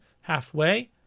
halfway